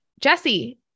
jesse